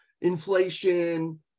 inflation